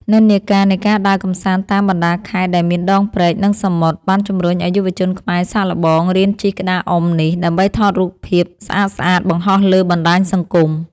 និន្នាការនៃការដើរកម្សាន្តតាមបណ្តាខេត្តដែលមានដងព្រែក និងសមុទ្រ បានជំរុញឱ្យយុវជនខ្មែរសាកល្បងរៀនជិះក្តារអុំនេះ ដើម្បីថតរូបភាពស្អាតៗបង្ហោះលើបណ្តាញសង្គម។